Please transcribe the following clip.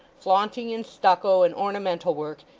flaunting in stucco and ornamental work,